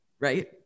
Right